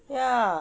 ya